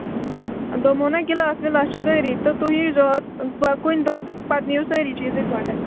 دوٚپمو نا گِلاس وِلاس چھِ سٲری تہٕ تُہۍ ییٖزیٚو اَز کُنہِ ساتہٕ کُنہِ دۄہ تہٕ پَتہٕ نِیِو سٲری چیٖز اِکہٕ وَٹے